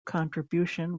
contribution